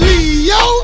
Leo